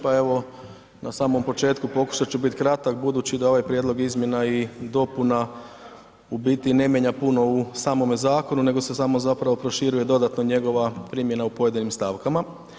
Pa evo na samom početku pokušat ću bit kratak budući da ovaj prijedlog izmjena i dopuna u biti ne mijenja puno u samome zakonu, nego se samo zapravo proširuje dodatno njegova primjena u pojedinim stavkama.